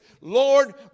Lord